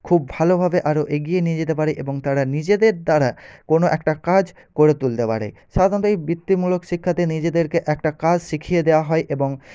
খুব ভালোভাবে আরও এগিয়ে নিয়ে যেতে পারে এবং তারা নিজেদের দ্বারা কোনো একটা কাজ করে তুলতে পারে সাধারণত এই বৃত্তিমূলক শিক্ষাতে নিজেদেরকে একটা কাজ শিখিয়ে দেওয়া হয় এবং